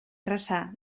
erraza